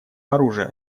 оружия